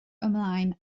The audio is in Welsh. ymlaen